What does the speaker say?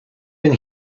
been